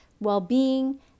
well-being